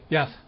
Yes